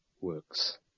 works